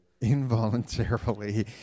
involuntarily